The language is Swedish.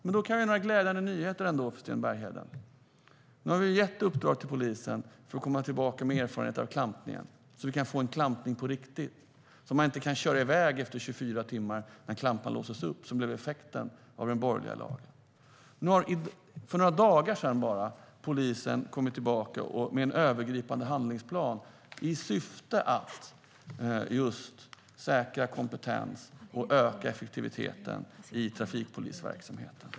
Men då har jag ändå några glädjande nyheter. Nu har vi gett i uppdrag till polisen att komma tillbaka med erfarenheter av klampningen så att vi kan få en klampning på riktigt och så att man inte kan köra iväg efter 24 timmar när klampan låses upp, vilket blev effekten av den borgerliga lagen. För bara några dagar sedan kom polisen tillbaka med en övergripande handlingsplan i syfte att säkra kompetens och öka effektiviteten i trafikpolisverksamheten.